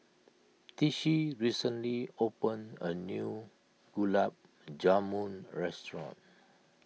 Tishie recently opened a new Gulab Jamun restaurant